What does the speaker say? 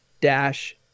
dash